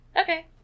okay